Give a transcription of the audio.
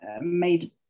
made